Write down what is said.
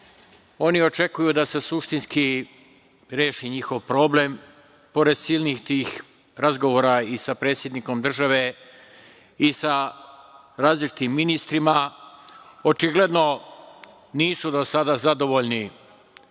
Oni očekuju da se suštinski reši njihov problem, pored silnih tih razgovora i sa predsednikom države i sa različitim ministrima. Očigledno nisu do sada zadovoljni